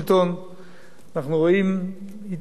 אנחנו רואים התעמרות בזכויות האדם,